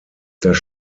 das